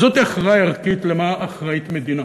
זאת הכרעה ערכית למה אחראית מדינה.